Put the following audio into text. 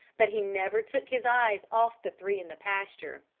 but he never took his eyes off the three in the pasture.